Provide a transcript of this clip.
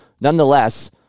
nonetheless